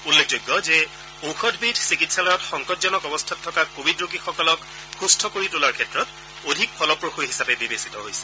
উল্লেখযোগ্য যে এই ঔষধবিধ চিকিৎসালয়ত সংকটজনক অৱস্থাত থকা কোৱিড ৰোগীসকলক সুস্থ কৰি তোলাৰ ক্ষেত্ৰত অধিক ফলপ্ৰসূ হিচাপে বিবেচিত হৈছে